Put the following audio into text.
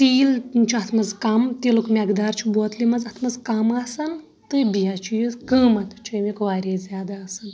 تیٖل چھُ اَتھ منٛز کم تِلُک مٮ۪قدار چھُ بوتلہِ منٛز اَتھ منٛز کم آسان تہٕ بیٚیہِ حظ چھُ یہِ قٕمتھ تہ چھُ أمیُک واریاہ زیٛادٕ آسان